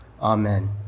Amen